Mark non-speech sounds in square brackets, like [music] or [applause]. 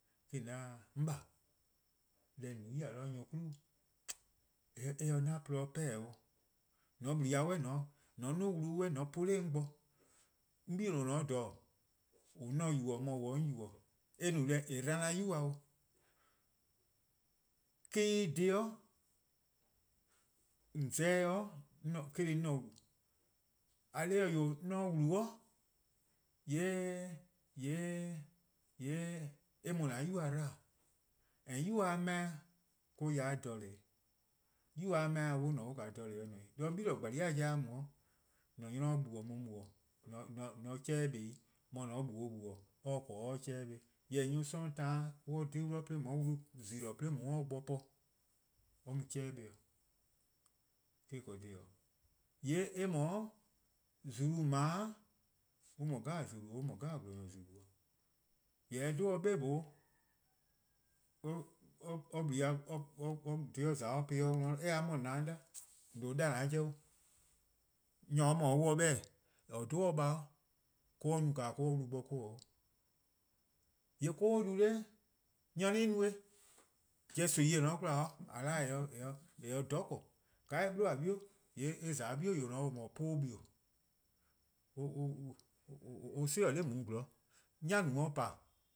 'De :on 'da 'on :ba, deh :on no-a tior 'de nyor 'nyne- [hesitation] eh se 'an :porluh-dih 'pehn-dih 'o. :mor :on blu ya 'suh [hesitation] :on 'duo: wlu-' :on po-uh 'nor 'on bo 'on 'bei' :on :ne-a 'o :dha 'o 'on se-a yubo: :on mor :on se-a 'on yubo: eh no deh :eh 'bda-a 'yuba 'o. Eh-: :korn dhih :on za-eh 'de 'on se :wlu 'o. :eh :korn dhih-eh wee', :mor 'on :wlu-', [hesitation] :yee' eh mu-a 'yuba 'dba-a', and 'yuba-a 'meh-a or-: ya 'de jeh-a. :mor 'yuba-a 'meh-a se :ne 'jeh-a :se-' ne 'i :dee, :mor a mu 'de gle-gbalie: 'i :mor :an-a 'nynor 'jle-dih on :jle-dihihih: :on :se-' chehn-' kpa 'i, mor :mor :on 'jle-dih-or :jle-dihihih: or se :korn or 'ye chehn-' 'kpa. Nyor+ 'sororn' taan :mor on :dhe-dih 'de :on 'ye wlu :zi-dih :on 'ye-uh 'de or bo po or mu 'chehn-' 'kpa-a' he-: :korn dhih 'o, :yee' eh mor-' :zulu :on 'ble-a' on :mor :zulu 'jeh 'o, on :mor gwlor-nyor :zulu'-jeh 'o. Jorwor: :mor eh 'dhu or 'be 'noror', [hesitation] dhih or :za-' or po-ih 'de or 'worn de, dhih :on :za-a eh :se 'mor on se 'da 'o :an 'da an 'jeh 'o. Nyor :or :ne or se-a 'beh-dih :or 'dhu or :baa or-: 'o or no-a or elu 'de bo deh :dao. :yee' 'koko'-du 'da, nyor-a no-eh. Pobo: nimi-eh :eh :ne-a 'de 'kwla :a 'da eh :dhororn' korn ya, eh 'blu-a 'bie' :yee' eh 'de :yor :on :ne 'o :or no-a 'puh 'bie': [hesitation] or 'si 'zorn 'de 'for :dao' bo. :mor 'nyanu pa, '